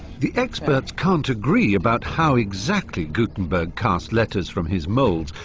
the experts can't agree about how exactly gutenberg cast letters from his moulds,